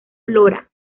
flora